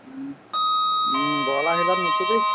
বৰলা শিলত নুঠোঁ দেই